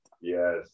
Yes